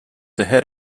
ahead